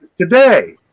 today